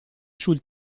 sul